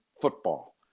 football